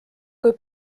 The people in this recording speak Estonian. kui